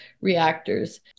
reactors